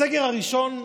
בסגר הראשון,